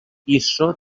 iso